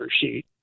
sheet